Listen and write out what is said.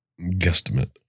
guesstimate